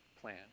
plan